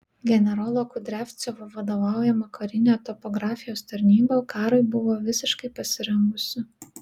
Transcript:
generolo kudriavcevo vadovaujama karinė topografijos tarnyba karui buvo visiškai pasirengusi